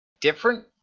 different